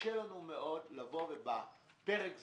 קשה לנו מאוד לבוא בפרק הזמן.